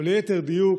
או ליתר דיוק,